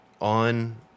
on